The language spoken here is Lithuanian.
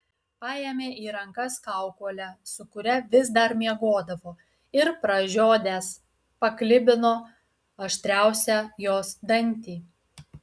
paėmė į rankas kaukolę su kuria vis dar miegodavo ir pražiodęs paklibino aštriausią jos dantį